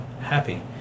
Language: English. happy